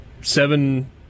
Seven